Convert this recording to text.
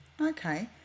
Okay